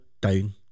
down